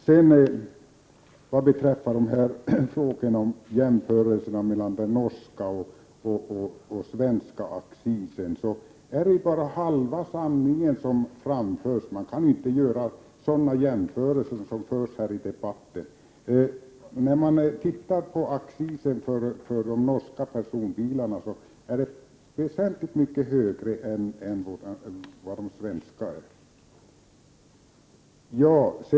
När det gäller jämförelserna mellan den norska och den svenska accisen är det bara halva sanningen som framförs. Man kan inte göra sådana jämförel 43 ser som görs här i debatten. Accisen för de norska personbilarna är väsentligt mycket högre än för de svenska.